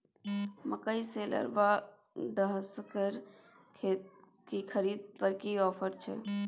मकई शेलर व डहसकेर की खरीद पर की ऑफर छै?